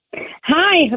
Hi